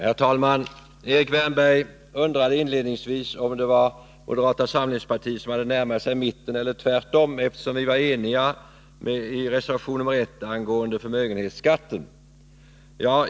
Herr talman! Erik Wärnberg undrade inledningsvis om det var moderata samlingspartiet som hade närmat sig mitten eller tvärtom, eftersom vi var eniga i reservation 1 angående förmögenhetsskatten.